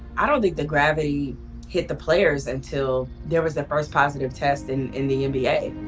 i don't think the gravity hit the players until there was the first positive test in in the nba.